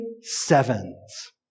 sevens